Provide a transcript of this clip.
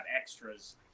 extras